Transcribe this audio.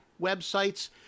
websites